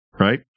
Right